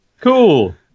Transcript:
Cool